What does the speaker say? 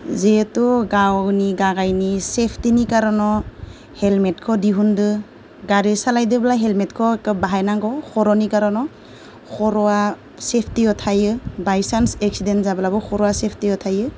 जिहेतु गावनि गारिनि सेफ्तिनि कार'नाव हेलमेटखौ दिहुनदों गारि सालायदोंब्ला हेलमेटखौ बाहायनांगौ खर'नि कार'नाव खर'आ सेफ्तिआव थायो बायसान्स एक्सिदेन्ट जाब्लाबो खर'आ सेफ्तिआव थायो